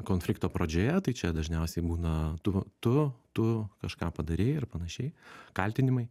konflikto pradžioje tai čia dažniausiai būna tu tu tu kažką padarei ir panašiai kaltinimai